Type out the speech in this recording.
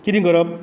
कितें करप